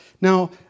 Now